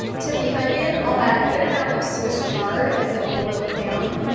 to the onion i'll add a good amount of swiss chard as it will wilt down,